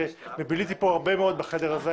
וביליתי פה הרבה מאוד בחדר הזה,